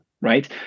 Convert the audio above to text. right